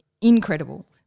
incredible